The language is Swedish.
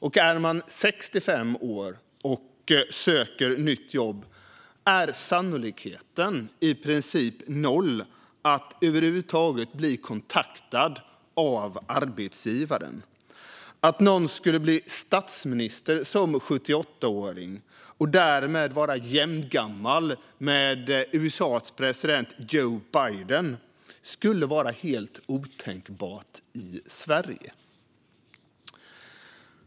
Och är man 65 år och söker nytt jobb är sannolikheten i princip noll att över huvud taget bli kontaktad av arbetsgivaren. Att någon skulle bli statsminister som 78-åring, och därmed vara jämngammal med USA:s president Joe Biden, skulle vara helt otänkbart i Sverige.